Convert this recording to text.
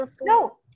no